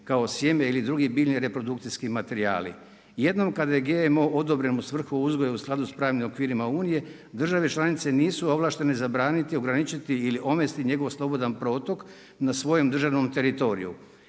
kao sjeme ili drugi biljni reprodukcijski materijali. Jednom kada je GMO odobren u svrhu uzgoja u skladu sa pravnim okvirima Unije, države članice nisu ovlaštene zabraniti, ograničiti ili omesti njegov slobodan protok na svojem državnom teritoriju.